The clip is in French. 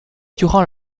durant